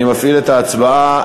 אני מפעיל את ההצבעה.